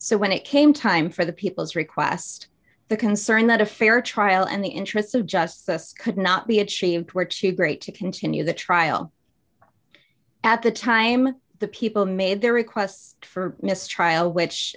so when it came time for the people's request the concern that a fair trial and the interests of justice could not be achieved were too great to continue the trial at the time the people made their requests for a mistrial which